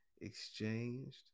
exchanged